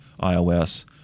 iOS